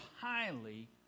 highly